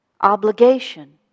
obligation